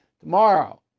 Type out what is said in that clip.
tomorrow